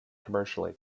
commercially